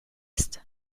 ist